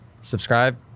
subscribe